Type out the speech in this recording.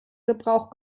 gebrauch